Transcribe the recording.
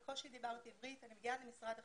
בקושי דיברתי עברית, אני מגיעה למשרד החינוך,